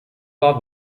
war